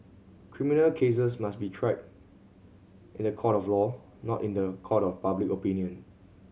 criminal cases must be tried in the court of law not in the court of public opinion